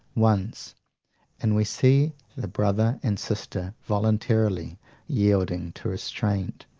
once and we see the brother and sister voluntarily yielding to restraint.